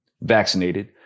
vaccinated